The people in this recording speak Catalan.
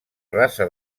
rasa